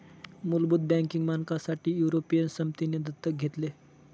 मुलभूत बँकिंग मानकांसाठी युरोपियन समितीने दत्तक घेतले